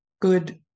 good